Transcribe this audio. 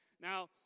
Now